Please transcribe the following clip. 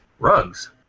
Rugs